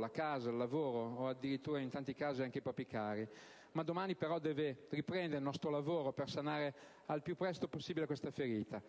la casa, il lavoro, in tanti casi anche i propri cari. Da domani però deve riprendere il nostro lavoro per sanare il più presto possibile questa ferita.